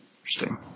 Interesting